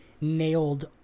nailed